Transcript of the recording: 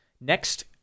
next